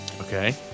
Okay